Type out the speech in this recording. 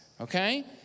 Okay